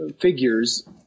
figures